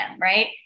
right